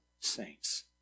saints